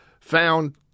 found